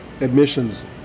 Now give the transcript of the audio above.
admissions